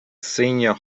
senior